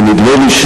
ונדמה לי,